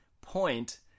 Point